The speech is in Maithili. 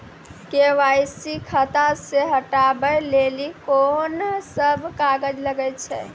के.वाई.सी खाता से हटाबै लेली कोंन सब कागज लगे छै?